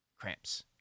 cramps